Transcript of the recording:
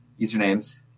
usernames